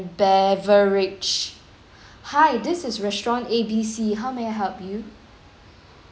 beverage hi this is restaurant A_B_C how may I help you